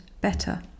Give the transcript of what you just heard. better